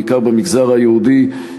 בעיקר במגזר היהודי,